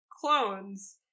clones